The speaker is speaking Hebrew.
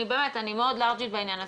אני מאוד לארג'ית בעניין הזה.